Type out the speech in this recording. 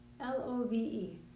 L-O-V-E